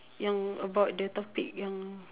yang about the topic yang